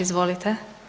Izvolite.